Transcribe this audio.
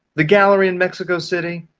the gallery in mexico city,